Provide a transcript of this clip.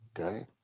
Okay